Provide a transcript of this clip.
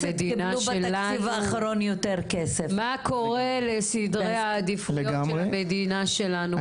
מה קורה לסדרי העדיפויות של המדינה שלנו.